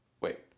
wait